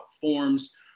forms